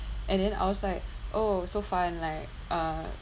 and then I was like oh so fun like uh